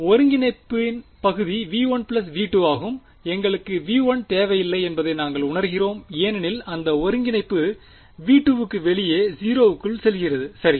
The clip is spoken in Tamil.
இது முதலில் ஒருங்கிணைப்பின் பகுதி V1 V2 ஆகும் எங்களுக்கு V1 தேவையில்லை என்பதை நாங்கள் உணர்கிறோம் ஏனெனில் அந்த ஒருங்கிணைப்பு V2க்கு வெளியே 0 க்குள் செல்கிறது சரி